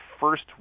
first